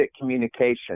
communication